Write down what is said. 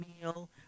meal